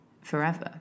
forever